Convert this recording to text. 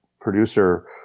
producer